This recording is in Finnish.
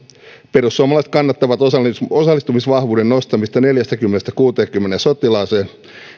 perussuomalaiset kannattavat osallistumisvahvuuden nostamista neljästäkymmenestä kuuteenkymmeneen sotilaaseen